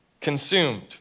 consumed